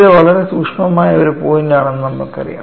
ഇത് വളരെ സൂക്ഷ്മമായ ഒരു പോയിന്റാണെന്ന് നമ്മൾക്കറിയാം